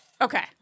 Okay